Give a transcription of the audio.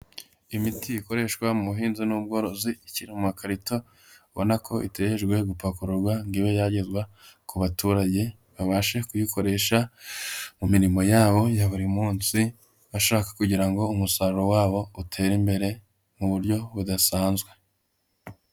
Imiti ikoreshwa mu buhinzi n'ubworozi ikiri mu makarita, ubona ko itegereje gupakururwa, ngo ibe yagezwa ku baturage babashe kuyikoresha mu mirimo yabo ya buri munsi, bashaka kugira ngo umusaruro wabo utere imbere mu buryo budasanzwe.